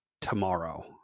tomorrow